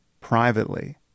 privately